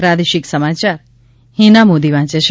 પ્રાદેશિક સમાચાર હિના મોદી વાંચે છે